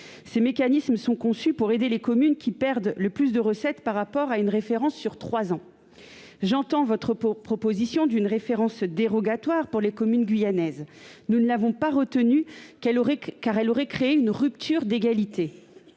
Ces mécanismes sont conçus pour aider les communes qui perdent le plus de recettes par rapport à une référence sur trois ans. J'entends votre proposition d'une référence dérogatoire pour les communes guyanaises. Nous ne l'avons pas retenue, car elle aurait créé une rupture d'égalité.